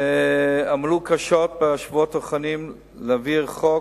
שעמלו קשות בשבועות האחרונים להעביר חוק